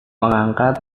mengangkat